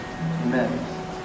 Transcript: Amen